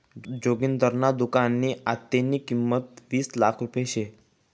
जोगिंदरना दुकाननी आत्तेनी किंमत वीस लाख रुपया शे